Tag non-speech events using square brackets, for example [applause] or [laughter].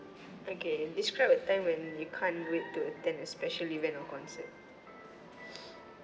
okay describe a time when you can't wait to attend a special event or concert [breath]